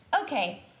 Okay